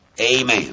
Amen